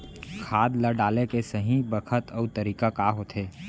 खाद ल डाले के सही बखत अऊ तरीका का होथे?